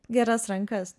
geras rankas